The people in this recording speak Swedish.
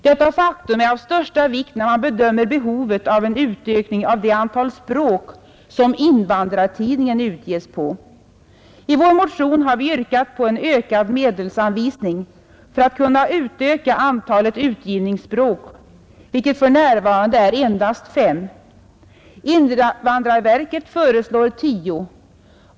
Detta faktum är av största vikt när man bedömer behovet en utökning av det antal språk som Invandrartidningen utges på. I vår motion har vi yrkat på en ökad medelsanvisning för att kunna utvidga antalet utbildningsspråk, vilket för närvarande är endast fem. Invandrarverket föreslår tio.